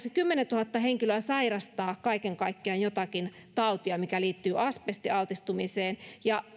kymmenentuhatta henkilöä sairastaa jotakin tautia mikä liittyy asbestialtistumiseen ja